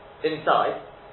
inside